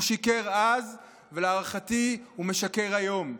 הוא שיקר אז, ולהערכתי הוא משקר היום.